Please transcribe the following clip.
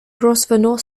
grosvenor